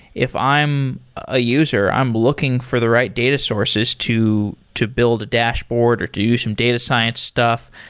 if i'm a user, i'm looking for the right data sources to to build a dashboard or to do some data science stuff,